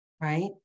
right